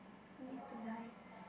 it needs to die